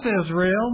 Israel